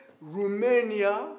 Romania